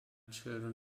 children